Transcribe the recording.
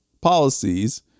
policies